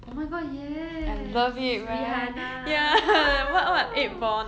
oh my god yes ah rihanna ah